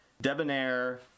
debonair